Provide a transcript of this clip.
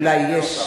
אולי יש,